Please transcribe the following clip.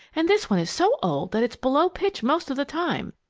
and this one is so old that it's below pitch most of the time.